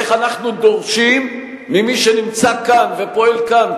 איך אנחנו דורשים ממי שנמצא כאן ופועל כאן,